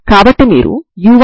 ఇక్కడ ఏమి జరుగుతుంది